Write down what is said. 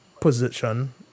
position